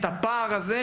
את הפער הזה,